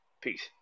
Peace